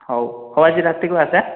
ହଉ ହଉ ଆଜି ରାତିକୁ ଆସେ ହାଁ